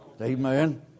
Amen